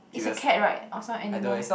it's a cat right or some animal